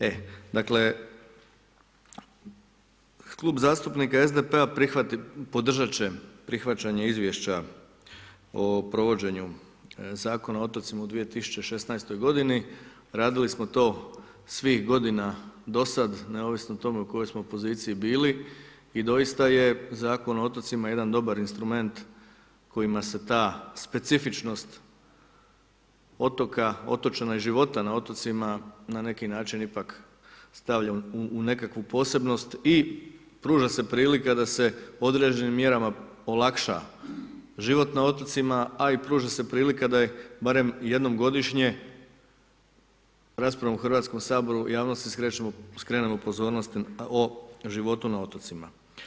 E, dakle Klub zastupnika SDP-a podržat će prihvaćanje Izvješća o provođenju Zakona o otocima u 2016. godini, radili smo to svih godina do sada neovisno u kojoj smo poziciji bili i doista je Zakon o otocima jedan dobar instrument kojima se ta specifičnost otoka, otočana i života na otocima na neki način ipak stavlja u nekakvu posebnost i pruža se prilika da se određenim mjerama olakša život na otocima, a i pruži se prilika da barem jednom godišnje raspravom u Hrvatskom saboru javnosti skrenemo pozornost o životu na otocima.